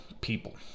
people